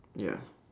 ya